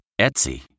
Etsy